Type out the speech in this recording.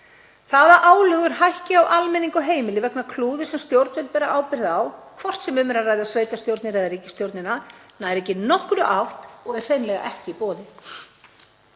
Það að álögur hækki á almenning og heimili vegna klúðurs sem stjórnvöld bera ábyrgð á, hvort sem um er að ræða sveitarstjórnir eða ríkisstjórnina, nær ekki nokkurri átt og er hreinlega ekki í boði.